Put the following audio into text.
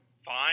fine